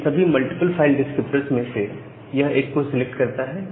इन सभी multiple file descriptors में से यह एक को सिलेक्ट करता है